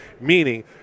meaning